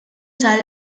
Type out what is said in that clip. tal